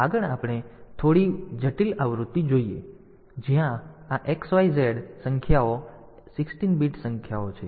તેથી આગળ આપણે થોડી વધુ જટિલ આવૃત્તિ જોઈએ જ્યાં આ XYZ આ સંખ્યાઓ 16 બીટ સંખ્યાઓ છે